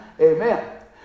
Amen